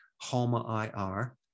HOMA-IR